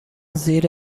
زیر